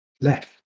left